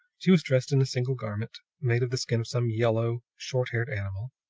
she was dressed in a single garment, made of the skin of some yellow, short-haired animal.